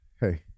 Hey